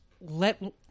let